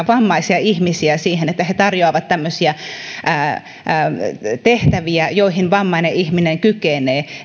vammaisia ihmisiä niin että ne tarjoavat tämmöisiä tehtäviä joihin vammainen ihminen kykenee